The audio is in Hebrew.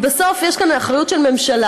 כי בסוף יש כאן אחריות של ממשלה,